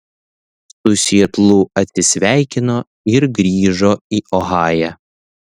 su sietlu atsisveikino ir grįžo į ohają